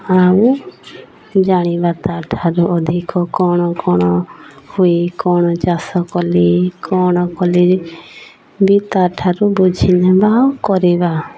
ଆଉ ଜାଣିବା ତା'ଠାରୁ ଅଧିକ କ'ଣ କ'ଣ ହୁଏ କ'ଣ ଚାଷ କଲେ କ'ଣ କଲେ ବି ତା'ଠାରୁ ବୁଝି ନେବା ଆଉ କରିବା